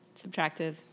subtractive